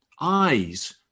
eyes